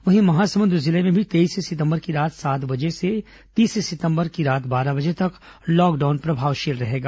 वहीं महासमुंद जिले में भी तेईस सितंबर की रात सात बजे से तीस सितंबर की रात बारह बजे तक लॉकडाउन प्रभावशील रहेगा